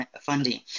funding